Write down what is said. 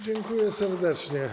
Dziękuję serdecznie.